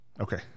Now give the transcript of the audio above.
Okay